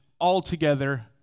altogether